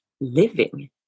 living